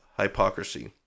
hypocrisy